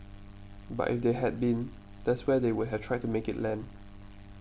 but if they had been that's where they would have tried to make it land